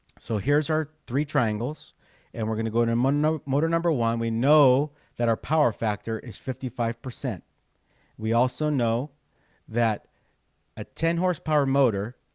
so here's our three triangles and we're gonna go to um ah motor number one. we know that our power factor is fifty five percent we also know that a ten horsepower motor,